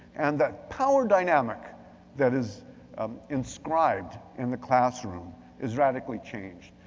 and the power dynamic that is um inscribed in the classroom is radically changed.